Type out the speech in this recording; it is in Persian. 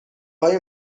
های